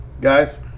guys